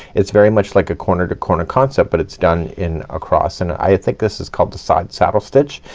it's very much like a corner to corner concept but it's done in across and i think this is called the side saddle stitch.